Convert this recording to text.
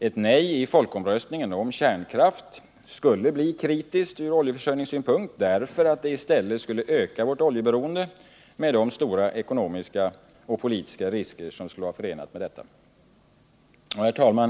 Ett nej i folkomröstningen till kärnkraft gör vår situation kritisk från oljeförsörjningssynpunkt, eftersom det ökar vårt oljeberoende och de ekonomiska och politiska risker som är förenade med detta. Herr talman!